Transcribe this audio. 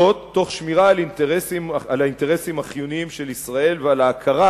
זאת תוך שמירה על האינטרסים החיוניים של ישראל ועל ההכרה